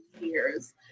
years